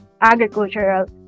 agricultural